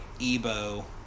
Ebo